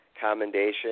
commendation